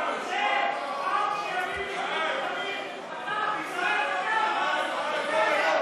ירושלים בירת ישראל (תיקון, רוב מיוחס)